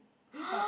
eh but